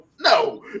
no